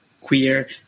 queer